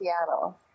Seattle